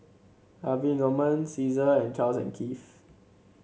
Harvey Norman Cesar and Charles and Keith